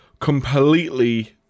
completely